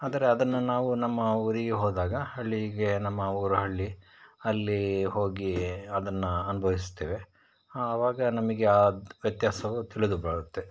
ಆದರೆ ಅದನ್ನು ನಾವು ನಮ್ಮ ಊರಿಗೆ ಹೋದಾಗ ಹಳ್ಳಿಗೆ ನಮ್ಮ ಊರ ಹಳ್ಳಿ ಅಲ್ಲಿ ಹೋಗಿ ಅದನ್ನು ಅನುಭವಿಸ್ತೇವೆ ಆವಾಗ ನಮಗೆ ಆ ವ್ಯತ್ಯಾಸವು ತಿಳಿದು ಬರುತ್ತೆ